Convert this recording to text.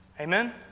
Amen